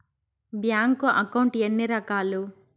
bank account ఎన్ని రకాలు